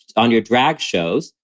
on your drag shows.